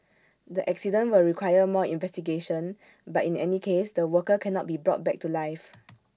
the accident will require more investigation but in any case the worker cannot be brought back to life